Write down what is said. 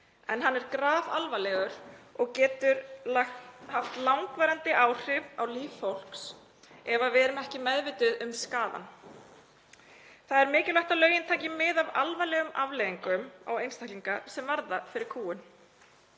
en hann er grafalvarlegur og getur haft langvarandi áhrif á líf fólks ef við erum ekki meðvituð um skaðann. Það er mikilvægt að lögin taki mið af alvarlegum afleiðingum á einstaklinga sem verða fyrir kúgun.